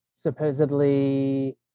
Supposedly